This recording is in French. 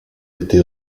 été